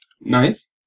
Nice